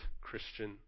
Christian